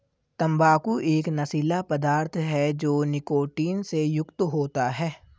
तंबाकू एक नशीला पदार्थ है जो निकोटीन से युक्त होता है